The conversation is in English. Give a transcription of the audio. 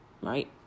Right